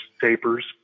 tapers